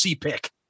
pick